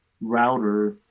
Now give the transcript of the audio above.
router